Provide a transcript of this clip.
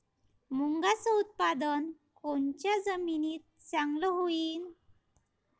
मुंगाचं उत्पादन कोनच्या जमीनीत चांगलं होईन?